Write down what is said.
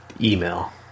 email